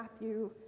Matthew